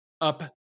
up